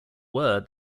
were